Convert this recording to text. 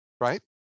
Right